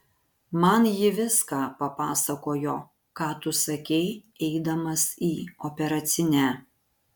man ji viską papasakojo ką tu sakei eidamas į operacinę